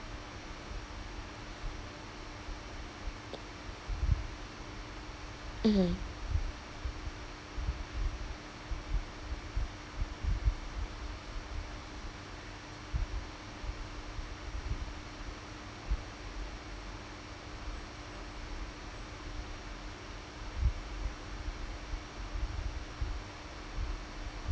mmhmm